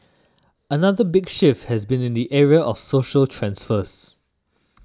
another big shift has been in the area of social transfers